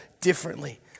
differently